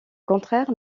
contraire